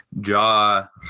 jaw